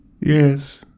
Yes